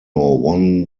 won